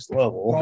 level